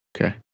Okay